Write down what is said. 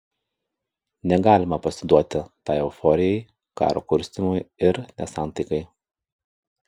negalima pasiduoti tai euforijai karo kurstymui ir nesantaikai